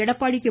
Edappadi K